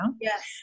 Yes